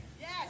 Yes